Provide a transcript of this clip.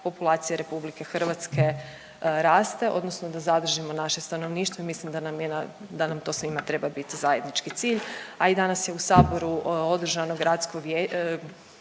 populacija RH raste odnosno da zadržimo naše stanovništvo i mislim da nam je na, da nam to svima treba biti zajednički cilj, a i danas je u Saboru održano gradsko